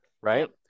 right